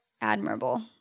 admirable